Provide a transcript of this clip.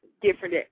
different